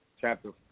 chapter